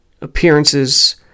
appearances